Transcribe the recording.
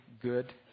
good